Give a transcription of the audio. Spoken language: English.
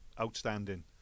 outstanding